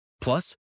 Plus